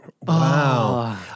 Wow